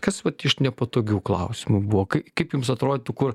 kas vat iš nepatogių klausimų buvo kaip jums atrodytų kur